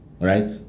right